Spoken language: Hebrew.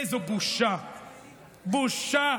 איזו בושה, בושה.